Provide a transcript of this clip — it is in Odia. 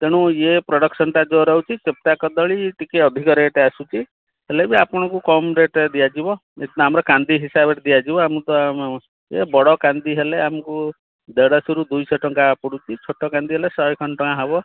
ତେଣୁ ଇଏ ପ୍ରଡକ୍ସନଟା ଯୋଉ ରହୁଛି ଚେପଟା କଦଳୀ ଟିକେ ଅଧିକା ରେଟ ଆସୁଛି ହେଲେବି ଆପଣଙ୍କୁ କମ ରେଟରେ ଦିଆଯିବ ଆମର କାନ୍ଧି ହିସାବରେ ଦିଆଯିବ ମୁଁ ତ ଇଏ ବଡ଼ କାନ୍ଧି ହେଲେ ଆମକୁ ଦେଢ଼ଶହରୁ ଦୁଇଶହ ଟଙ୍କା ପଡ଼ୁଛି ଛୋଟ କାନ୍ଧି ହେଲେ ଶହେ ଖଣ୍ଡେ ଟଙ୍କା ହେବ